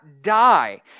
die